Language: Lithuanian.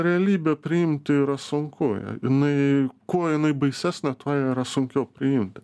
realybę priimti yra sunku jinai kuo jinai baisesnė tuo yra sunkiau priimti